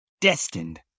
destined